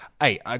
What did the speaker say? Hey